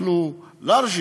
אנחנו לארג'ים,